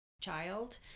child